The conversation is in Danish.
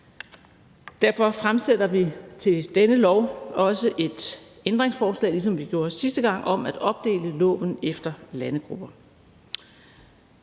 Derfor fremsætter vi til dette lovforslag et ændringsforslag, ligesom vi gjorde sidste gang, om at opdele lovforslaget efter landegrupper.